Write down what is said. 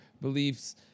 beliefs